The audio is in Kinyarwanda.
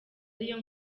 ariyo